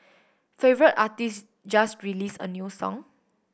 favour artist just release a new song